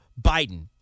Biden